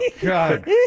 God